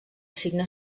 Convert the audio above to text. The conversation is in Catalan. signe